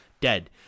dead